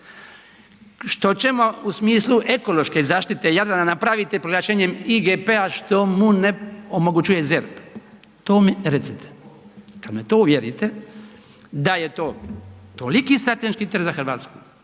Što ćemo u smislu ekološke zaštite Jadrana napraviti proglašenjem IGP-a što mu ne omogućuje ZERP? To mi recite, kad me u to uvjerite da je toliki strateški trn za RH,